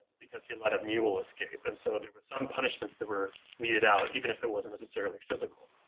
because he had let a mule escape, and so there was some punishments that were meted out even if it wasn't necessarily physical.